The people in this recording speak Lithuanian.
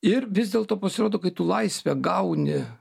ir vis dėlto pasirodo kai tu laisvę gauni